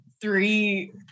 three